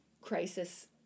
crisis